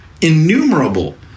innumerable